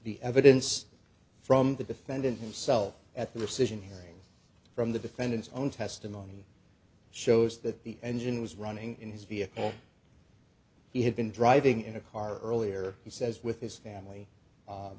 the evidence from the defendant himself at the decision hearing from the defendant's own testimony shows that the engine was running in his vehicle he had been driving in a car earlier he says with his family